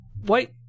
wait